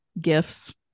gifts